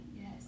Yes